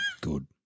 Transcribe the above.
good